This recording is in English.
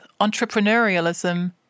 entrepreneurialism